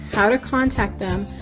how to contact them,